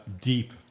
deep